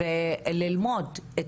ללמוד את